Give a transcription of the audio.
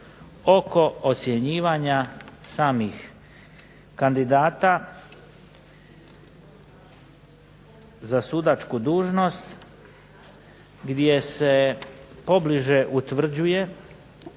oko ocjenjivanja samih kandidata za sudačku dužnost, gdje se pobliže utvrđuje